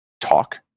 talk